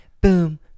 Boom